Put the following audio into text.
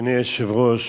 אדוני היושב-ראש,